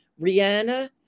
Rihanna